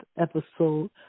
episode